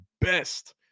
best –